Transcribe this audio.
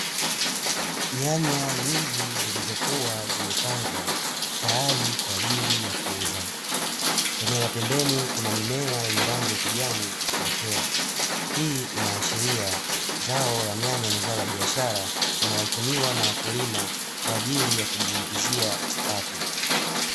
Nyanya nyingi zilizokuwa zimepangwa tayari kwa ajili ya kuuza, eneo la pembeni kuna mimea yenye rangi ya kijani ikiotea, hii inaashiria zao la nyanya ni zao la biashara linalotumiwa na wakulima kwa ajili ya kujiingiza kipato.